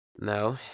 No